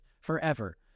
forever